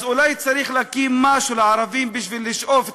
אז אולי צריך להקים משהו לערבים בשביל לשאוב את